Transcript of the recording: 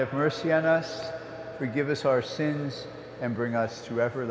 have mercy on us forgive us our sins and bring us through ever